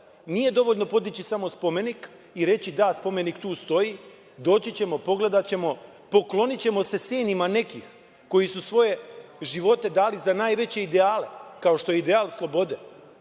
nije dovoljno podići samo spomenik i reći – da, spomenik tu stoji, doći ćemo, pogledaćemo, poklonićemo se sinima nekih koji su svoje živote da li za najveće ideale, kao što je ideal slobode. Potrebno